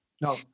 No